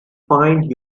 find